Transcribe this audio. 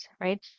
right